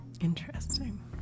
Interesting